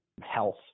health